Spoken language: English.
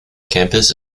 campus